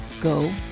go